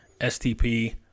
STP